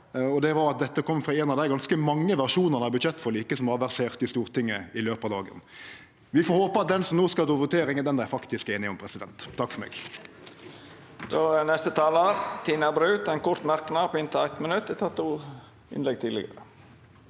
Dette kom av ein av dei ganske mange versjonane av budsjettforliket som har versert i Stortinget i løpet av dagen. Vi får håpe at den som no skal til votering, er den dei faktisk er einige om. Presidenten